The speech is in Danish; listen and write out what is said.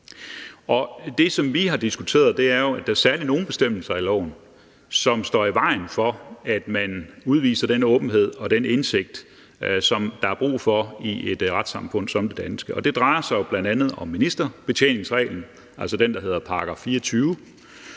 Det, som vi har diskuteret, er jo, at der særlig er nogle bestemmelser i loven, som står i vejen for, at man udviser den åbenhed og den indsigt, som der er brug for i et retssamfund som det danske. Og det drejer sig jo bl.a. om ministerbetjeningsreglen, altså den, der hedder § 24,